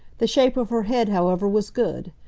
the shape of her head, however, was good.